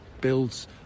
builds